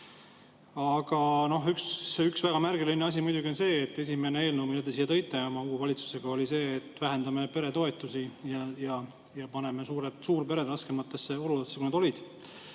Aga üks väga märgiline asi muidugi on see, et esimene eelnõu, mille te siia tõite oma uue valitsusega, oli see, et vähendame peretoetusi ja paneme suurpered raskematesse oludesse, kui nad olid.